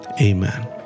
amen